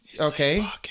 Okay